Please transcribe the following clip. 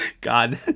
God